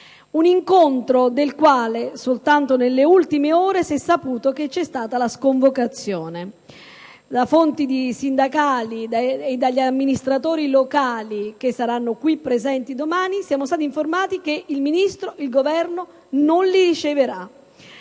Un incontro che, soltanto nelle ultime ore, si è saputo essere stato sconvocato. Da fonti sindacali e dagli amministratori locali che saranno qui presenti domani siamo stati informati che il Governo non li riceverà.